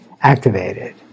activated